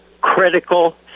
critical